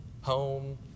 home